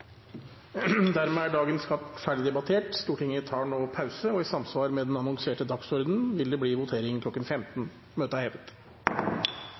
dagens kart ferdigdebattert. Stortinget tar nå pause, og i samsvar med den annonserte dagsordenen vil det bli votering kl. 15. Stortinget er